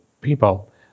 people